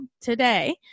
today